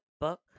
book